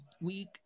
week